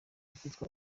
icyitwa